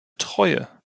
treue